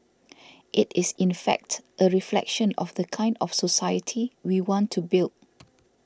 it is in fact a reflection of the kind of society we want to build